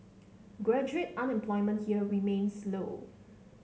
graduate unemployment here remains low